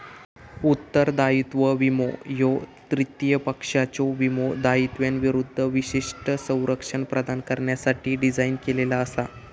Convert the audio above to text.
उत्तरदायित्व विमो ह्यो तृतीय पक्षाच्यो विमो दाव्यांविरूद्ध विशिष्ट संरक्षण प्रदान करण्यासाठी डिझाइन केलेला असा